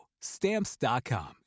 Stamps.com